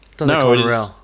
no